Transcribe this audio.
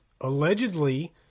allegedly